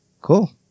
cool